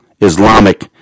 Islamic